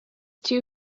too